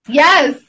yes